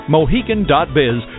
Mohican.biz